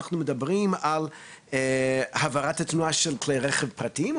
אנחנו מדברים על העברת התנועה של כלי רחב פרטיים,